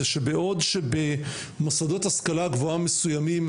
זה שבעוד שבמוסדות השכלה גבוהה מסוימים